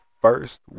first